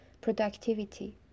Productivity